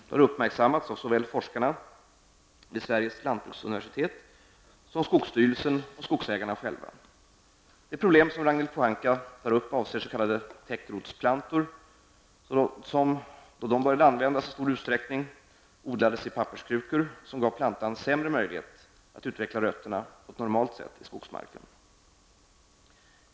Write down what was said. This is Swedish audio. Det har uppmärksammats av såväl forskarna vid Sveriges lantbruksuniversitet som skogsstyrelsen och skogsägarna själva. Det problem som Ragnhild Pohanka tar upp avser s.k. täckrotsplantor som, då de började användas i stor utsträckning, odlades i papperskrukor som gav plantan sämre möjlighet att utveckla rötterna på ett normalt sätt i skogsmarken.